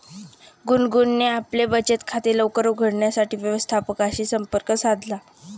गुनगुनने आपले बचत खाते लवकर उघडण्यासाठी व्यवस्थापकाशी संपर्क साधला